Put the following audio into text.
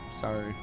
Sorry